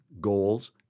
goals